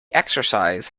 exercise